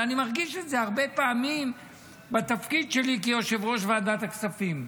אבל אני מרגיש את זה הרבה פעמים בתפקיד שלי כיושב-ראש ועדת הכספים.